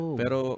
pero